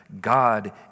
God